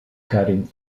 cutting